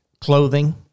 Clothing